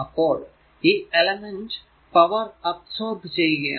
അപ്പോൾ ഈ element power absorb ചെയ്യുകയാണ്